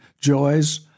joys